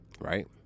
Right